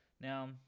Now